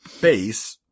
base